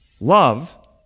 love